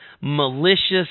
malicious